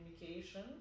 communication